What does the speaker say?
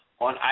on